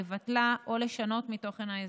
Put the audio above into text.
לבטלה או לשנות מתוכן ההסדר.